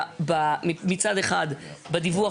מצד אחד בדיווח